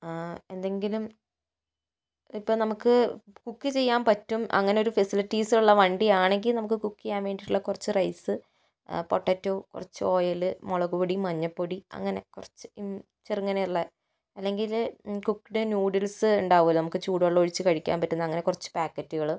എന്തെങ്കിലും ഇപ്പോൾ നമുക്ക് കുക്ക് ചെയ്യാൻ പറ്റും അങ്ങനെ ഒരു ഫെസിലിറ്റീസ് ഉള്ള ഒരു വണ്ടി ആണെങ്കിൽ നമുക്ക് കുക്ക് ചെയ്യാൻ വേണ്ടീട്ടുള്ള കുറച്ച് റൈസ് പൊട്ടറ്റോ കുറച്ച് ഓയില് മുളക് പൊടി മഞ്ഞപ്പൊടി അങ്ങനെ കുറച്ച് ചെറുങ്ങനെയുള്ള അല്ലെങ്കിൽ കുക്ക്ഡ് ന്യൂഡിൽസ് ഉണ്ടാകുമല്ലോ നമുക്ക് ചൂട് വെള്ളം ഒഴിച്ച് കഴിക്കാൻ പറ്റുന്ന അങ്ങനെ കുറച്ച് പാക്കറ്റുകൾ